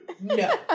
No